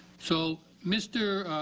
so, mr.